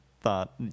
thought